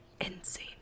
Insane